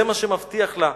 זה מה שהוא מבטיח לה.